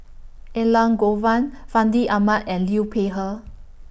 Elangovan Fandi Ahmad and Liu Peihe